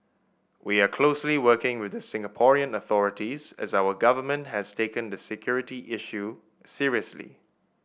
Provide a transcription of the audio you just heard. we are closely working with the Singaporean authorities as our government has taken the security issue seriously